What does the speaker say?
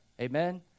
Amen